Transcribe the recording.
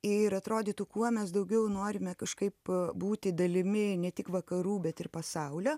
ir atrodytų kuo mes daugiau norime kažkaip būti dalimi ne tik vakarų bet ir pasaulio